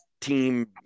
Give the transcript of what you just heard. team